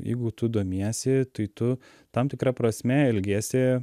jeigu tu domiesi tai tu tam tikra prasme elgiesi